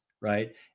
right